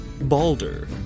balder